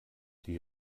die